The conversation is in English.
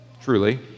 truly